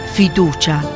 fiducia